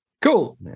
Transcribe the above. Cool